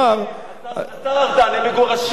אתה אל תענה, מגורשים מביתם.